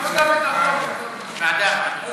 ועדה, בסדר.